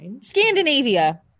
scandinavia